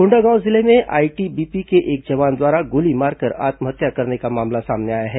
कोंडागांव जिले में आईटीबीपी के एक जवान द्वारा गोली मारकर आत्महत्या करने का मामला सामने आया है